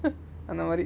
அந்தமாரி:anthamari